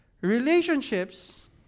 relationships